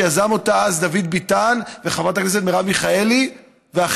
שיזם אותה אז דוד ביטן וחברת הכנסת מרב מיכאלי ואחרים,